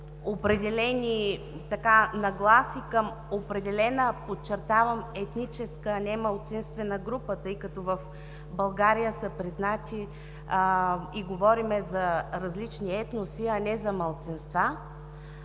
определени нагласи към определена, подчертавам, етническа немалцинствена група, тъй като в България са признати и говорим за различни етноси, а не за малцинства,